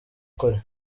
kure